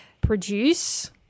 produce